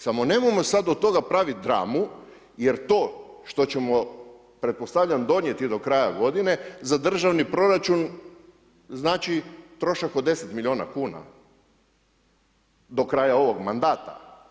Samo nemojmo sad od toga praviti dramu jer to što ćemo pretpostavljam donijeti do kraja godine za državni proračun znači trošak od 10 milijuna kuna do kraja ovog mandata.